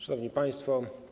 Szanowni Państwo!